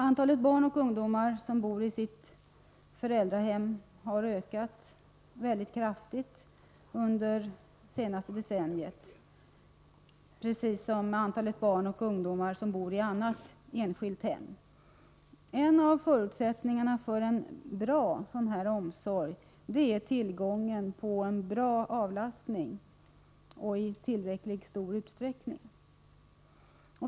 Antalet barn och ungdomar som bor i sitt föräldrahem har ökat = Nr 155 mycket kraftigt under det senaste decenniet, precis som antalet barn och Fredagen den ungdomar som bor i annat enskilt hem. En av förutsättningarna för en bra — 25 maj 1984 sådan omsorg är tillgången på bra avlastning i tillräckligt stor utsträckning.